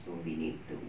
so we need to